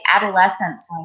adolescence